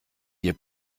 ihr